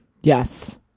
Yes